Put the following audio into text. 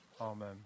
Amen